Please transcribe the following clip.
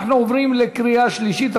אנחנו עוברים לקריאה שלישית.